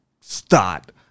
start